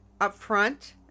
upfront